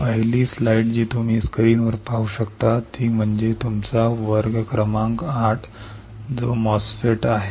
पहिली स्लाईड जी तुम्ही स्क्रीनवर पाहू शकता आणि ती म्हणजे तुमचा वर्ग क्रमांक आठ जो MOSFETs आहे